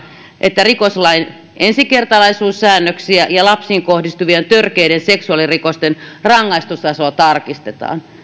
että rikoslain ensikertalaisuussäännöksiä ja lapsiin kohdistuvien törkeiden seksuaalirikosten rangaistustasoa tarkistetaan